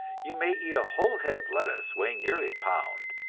you may eat a whole head of lettuce, weighing nearly a pound,